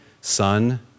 Son